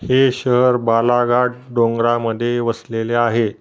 हे शहर बालाघाट डोंगरामध्ये वसलेले आहे